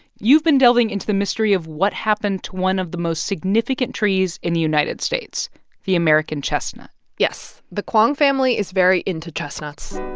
you've been delving into the mystery of what happened to one of the most significant trees in the united states the american chestnut yes, the kwong family is very into chestnuts